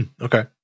Okay